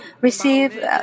receive